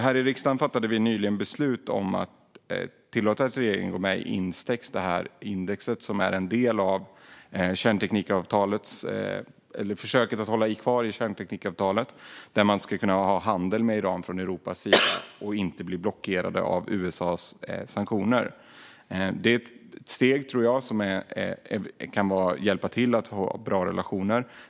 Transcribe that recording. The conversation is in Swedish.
Här i riksdagen fattade vi nyligen beslut om att tillåta att regeringen går med i Instex, det index som är en del av försöket att hålla fast vid kärnteknikavtalet och från Europas sida kunna ha handel med Iran och inte bli blockerade av USA:s sanktioner. Jag tror att det är ett steg som kan hjälpa till i arbetet med att skapa bra relationer.